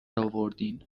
آوردین